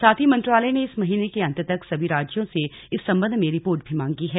साथ ही मंत्रालय ने इस महीने के अंत तक सभी राज्यों से इस संबंध में रिपोर्ट भी मांगी है